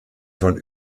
von